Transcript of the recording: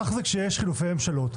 כך זה כשיש חילופי ממשלות.